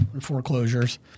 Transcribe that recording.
foreclosures